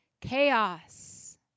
chaos